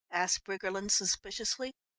asked briggerland suspiciously.